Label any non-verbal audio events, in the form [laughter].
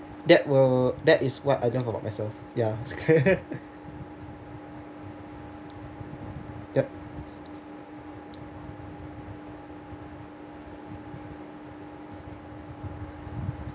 that will that is what I love about myself ya [laughs] yup